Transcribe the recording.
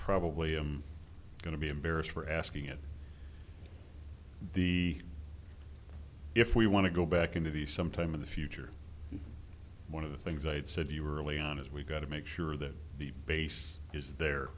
probably i'm going to be embarrassed for asking it the if we want to go back into the sometime in the future one of the things i had said you were early on is we've got to make sure that the base is there